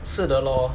是的咯